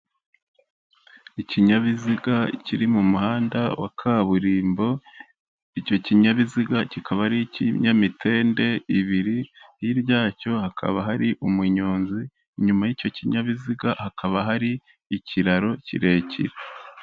Ikinyabiziga kiri mu muhanda wa kaburimbo icyo kinyabiziga, kikaba ari icy'iminyamitende ibiri hirya yacyo hakaba hari umunyonzi inyuma y'icyo kinyabiziga hakaba hari ikiraro kirekire.